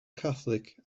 catholic